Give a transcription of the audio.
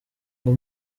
ngo